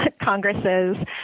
congresses